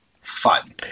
fun